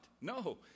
No